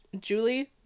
Julie